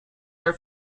her